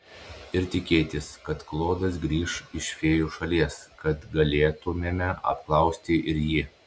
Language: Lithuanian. ir tikėtis kad klodas grįš iš fėjų šalies kad galėtumėme apklausti ir jį